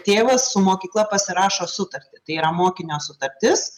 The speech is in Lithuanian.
tėvas su mokykla pasirašo sutartį tai yra mokinio sutartis